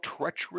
treacherous